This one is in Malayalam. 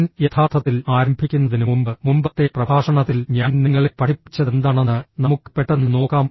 ഞാൻ യഥാർത്ഥത്തിൽ ആരംഭിക്കുന്നതിന് മുമ്പ് മുമ്പത്തെ പ്രഭാഷണത്തിൽ ഞാൻ നിങ്ങളെ പഠിപ്പിച്ചതെന്താണെന്ന് നമുക്ക് പെട്ടെന്ന് നോക്കാം